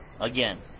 again